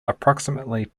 approximately